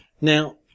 Now